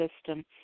system